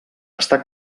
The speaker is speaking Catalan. està